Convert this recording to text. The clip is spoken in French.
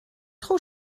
trop